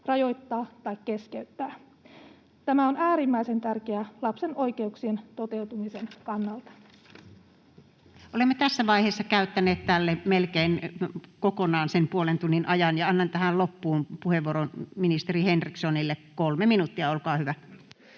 rajoittaa tai keskeyttää. Tämä on äärimmäisen tärkeä lapsen oikeuksien toteutumisen kannalta. Olemme tässä vaiheessa käyttäneet tälle melkein kokonaan sen puolen tunnin ajan. Annan tähän loppuun puheenvuoron ministeri Henrikssonille, 3 minuuttia, olkaa hyvä.